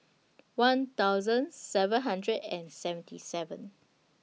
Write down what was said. one thousand seven hundred and seventy seven